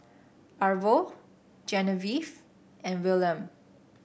Arvo Genevieve and Wilhelm